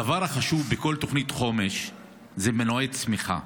הדבר החשוב בכל תוכנית חומש זה מנועי צמיחה.